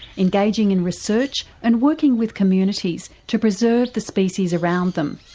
engaging in research and working with communities to preserve the species around them.